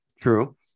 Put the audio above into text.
True